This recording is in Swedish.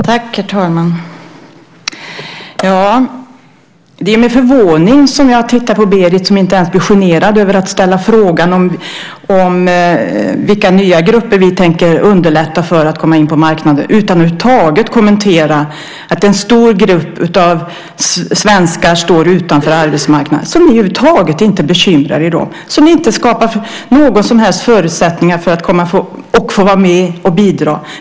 Herr talman! Det är med förvåning jag tittar på Berit, som inte ens blir generad över att ställa frågan om för vilka nya grupper vi tänker underlätta att komma in på arbetsmarknaden utan att över huvud taget kommentera att en stor grupp av svenskar står utanför arbetsmarknaden. Dem bekymrar ni er inte om alls. Ni skapar inte några som helst förutsättningar för dem att få vara med och bidra.